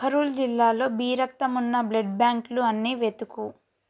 ఉఖరుల్ జిల్లాలో బి రక్తం ఉన్న బ్లడ్ బ్యాంకులు అన్ని వెతుకు